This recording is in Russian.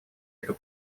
эту